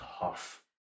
tough